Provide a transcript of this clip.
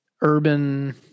urban